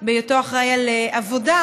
בהיותו אחראי לעבודה,